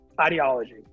ideology